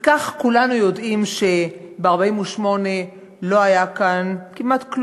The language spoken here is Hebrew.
וכך כולנו יודעים ש"ב-48' לא היה כאן" כמעט,